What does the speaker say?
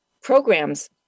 programs